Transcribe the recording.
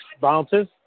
Bounces